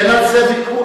אין על זה ויכוח.